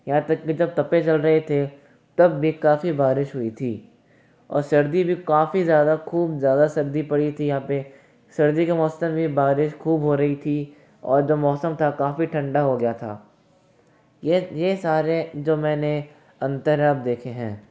यहाँ तक कि जब तपे चल रहे थे तब भी काफ़ी बारिश हुई थी और सर्दी भी काफ़ी ज़्यादा खूब ज़्यादा सर्दी पड़ी थी यहाँ पे सर्दी के मौसम में बारिस ख़ूब हो रही थी और जो मौसम था काफ़ी ठंडा हो गया था ये ये सारे जो मैंने अंतर अब देखे हैं